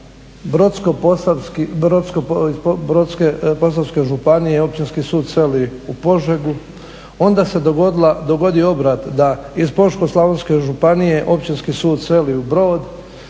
Brodsko-posavske županije općinski sud seli u Požegu onda se dogodio obrat da iz Požeško-slavonske županije općinski sud seli u Brod